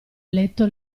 letto